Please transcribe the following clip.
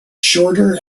shorter